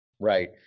Right